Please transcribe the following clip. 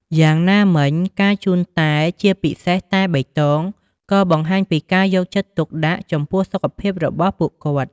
យ៉ាងណាមិញ ការជូនតែ ជាពិសេសតែបៃតង ក៏បង្ហាញពីការយកចិត្តទុកដាក់ចំពោះសុខភាពរបស់ពួកគាត់។